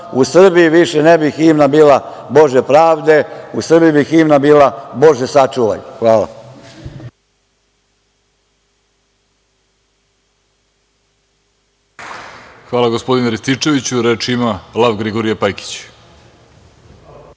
u Srbiji više ne bi himna bila „Bože pravde“, u Srbiji bi himna bila Bože sačuvaj. Hvala. **Vladimir Orlić** Hvala, gospodine Rističeviću. Reč ima Lav-Grigorije Pajkić.